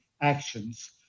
actions